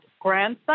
grandson